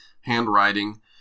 handwriting